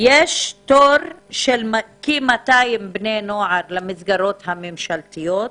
יש תור של כ-200 בני נוער למסגרות הממשלתיות,